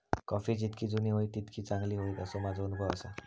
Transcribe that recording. coffee जितकी जुनी होईत तितकी चांगली होईत, असो माझो अनुभव आसा